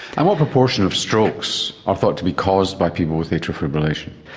and what proportion of strokes are thought to be caused by people with atrial fibrillation?